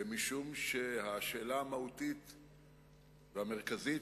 משום שהשאלה המהותית והמרכזית,